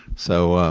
so ah